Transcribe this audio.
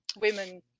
women